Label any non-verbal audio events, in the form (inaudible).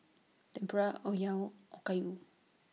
Tempura (unintelligible) Okayu